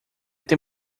ter